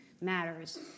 matters